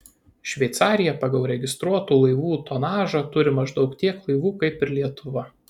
šveicarija pagal registruotų laivų tonažą turi maždaug tiek laivų kaip ir lietuva